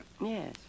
Yes